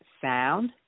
sound